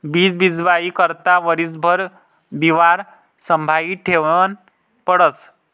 बीज बीजवाई करता वरीसभर बिवारं संभायी ठेवनं पडस